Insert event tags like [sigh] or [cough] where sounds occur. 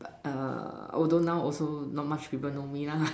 err although now also not much people know me lah [laughs]